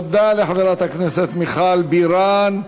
תודה לחברת הכנסת מיכל בירן.